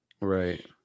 Right